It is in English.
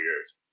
years